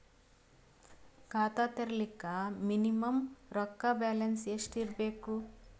ಖಾತಾ ತೇರಿಲಿಕ ಮಿನಿಮಮ ರೊಕ್ಕ ಬ್ಯಾಲೆನ್ಸ್ ಎಷ್ಟ ಇರಬೇಕು?